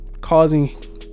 causing